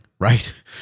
right